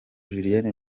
julienne